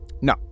No